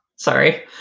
Sorry